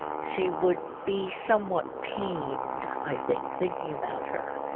she would be somewhat pained, i think, thinking about her.